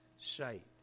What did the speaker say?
sight